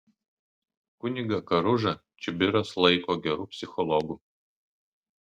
kunigą karužą čibiras laiko geru psichologu